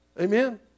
Amen